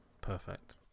perfect